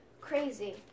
crazy